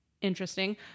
interesting